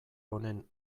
honen